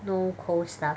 no cold stuff